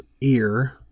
ear-